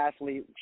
athlete